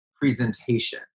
presentation